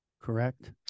correct